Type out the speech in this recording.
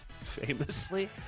famously